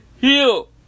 heal